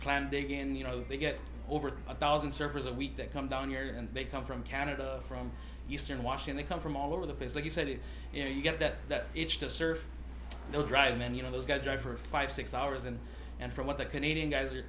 plan big and you know they get over a thousand surfers a week that come down here and they come from canada from eastern washington come from all over the place like you said you know you get that each to serve the drive and you know those guys drive for five six hours and and from what the canadian guys